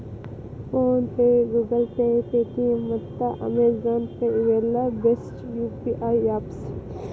phone pay, Google Pay, Paytm ಮತ್ತ Amazon Pay ಇವೆಲ್ಲ best UPI apps